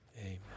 amen